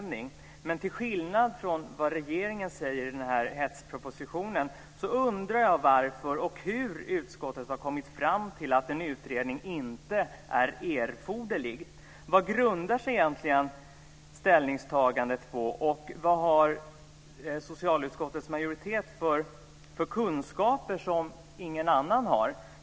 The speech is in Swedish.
Jag undrar hur och varför utskottet, till skillnad från vad regeringen säger i den här hetspropositionen, har kommit fram till att en utredning inte är erforderlig. Vad grundar sig egentligen det ställningstagandet på, och vad har socialutskottets majoritet för kunskaper som ingen annan har?